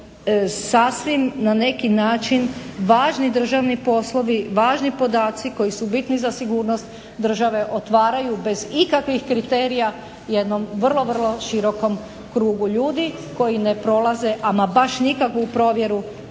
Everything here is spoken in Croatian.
sasvim na neki način važni državni poslovi, važni podaci koji su bitni za sigurnost države otvaraju bez ikakvih kriterija jednom vrlo, vrlo širokom krugu ljudi koji ne prolaze ama baš nikakvu provjeru